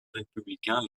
républicain